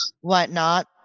whatnot